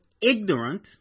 ignorant